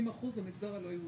50% במגזר הלא יהודי.